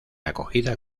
acogida